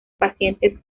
pacientes